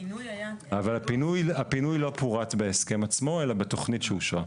אבל הפינוי לא פורט בהסכם עצמו אלא בתוכנית שאושרה.